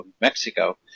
Mexico